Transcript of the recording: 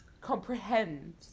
comprehend